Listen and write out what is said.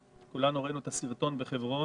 כולנו ראינו את הסרטון בחברון,